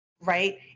right